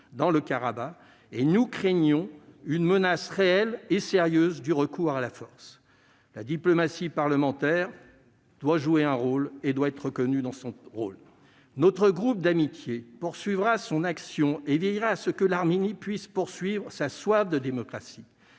dans le Karabagh, et nous craignions une menace réelle et sérieuse de recours à la force. La diplomatie parlementaire doit être reconnue dans son rôle. Notre groupe d'amitié persévèrera dans son action et veillera à ce que l'Arménie puisse assouvir sa soif de démocratie.